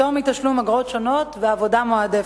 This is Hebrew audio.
פטור מתשלום אגרות שונות ועבודה מועדפת.